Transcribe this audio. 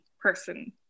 person